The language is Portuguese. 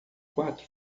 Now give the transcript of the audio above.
quatro